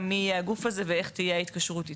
מי יהיה הגוף הזה ואיך תהיה ההתקשרות איתו.